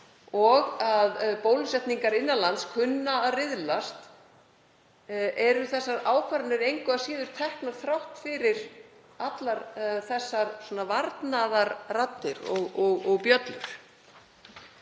og bólusetningar innan lands kunna að riðlast hvort þessar ákvarðanir séu engu að síður teknar, þrátt fyrir allar varnaðarraddir og -bjöllur.